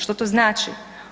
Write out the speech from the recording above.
Što to znači?